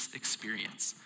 experience